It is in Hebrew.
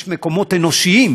יש מקומות אנושיים,